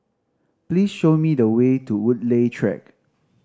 please show me the way to Woodleigh Track